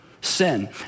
sin